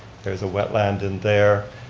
there's a wetland in there.